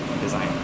design